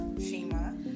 Shima